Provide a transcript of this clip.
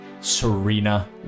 Serena